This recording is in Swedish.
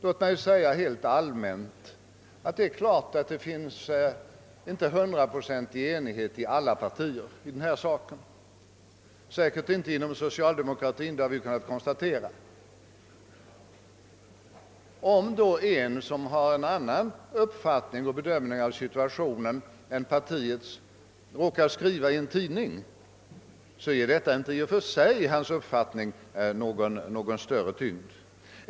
Låt mig helt allmänt säga att det är klart att det inte finns 100-procentig enighet inom alla partier beträffande denna sak. Vi har kunnat konstatera att det säkerligen inte heller finns en sådan enighet inom det socialdemokratiska partiet. Om då någon som har en annan uppfattning och gör en annan bedömning av situationen än sitt eget parti råkar skriva i en tidning, ger detta i och för sig inte någon större tyngd åt hans framförda uppfattning.